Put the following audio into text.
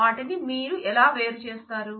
వాటిని మీరు ఎలా వేరు చేస్తారు